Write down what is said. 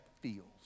feels